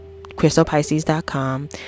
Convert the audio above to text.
crystalpisces.com